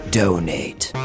donate